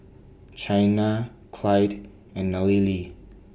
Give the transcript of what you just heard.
Chynna Clide and Nallely